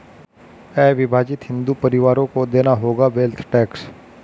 अविभाजित हिंदू परिवारों को देना होगा वेल्थ टैक्स